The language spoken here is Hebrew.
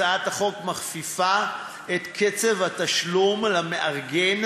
הצעת החוק מכפיפה את קצב התשלום למארגן,